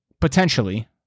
potentially